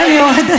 אני יורדת.